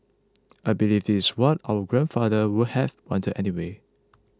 I believe this is what our grandfather would have wanted anyway